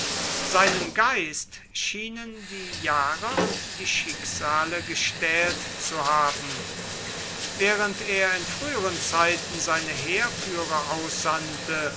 seinen geist schienen die jahre und die schicksale gestählt zu haben während er in früheren zeiten seine heerführer aussandte